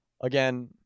again